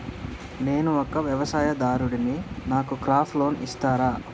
నేను ఒక వ్యవసాయదారుడిని నాకు క్రాప్ లోన్ ఇస్తారా?